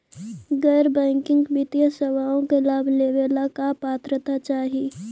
गैर बैंकिंग वित्तीय सेवाओं के लाभ लेवेला का पात्रता चाही?